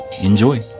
enjoy